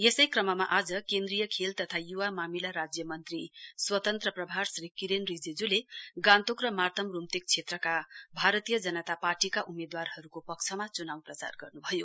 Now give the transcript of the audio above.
यसै क्रममा आज केन्द्रीय खेल तथा युवा मामिला राज्य मन्त्री स्वतन्त्र प्रभार श्री किरेन रिजिच्ले गान्तोक र मार्ताम रूम्तेकका क्षेत्रका भारतीय जनता पार्टीका उम्मेदवारहरूको पक्षमा च्नाउ प्रचार गर्न्भयो